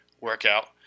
workout